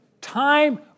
time